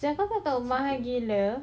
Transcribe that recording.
jangka kau tahu mahal gila